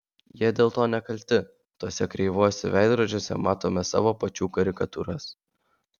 jie dėl to nekalti tuose kreivuose veidrodžiuose matome savo pačių karikatūras